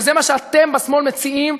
וזה מה שאתם בשמאל מציעים,